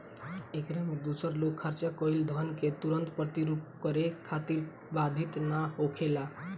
एकरा में दूसर लोग खर्चा कईल धन के तुरंत प्रतिपूर्ति करे खातिर बाधित ना होखेला